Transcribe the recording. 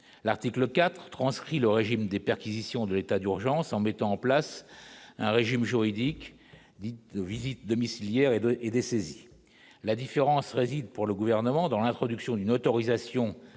l'article IV transcrit le régime des perquisitions de l'état d'urgence en mettant en place un régime juridique visites domiciliaires et de et dessaisi la différence réside pour le gouvernement, dans l'introduction d'une autorisation